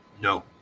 No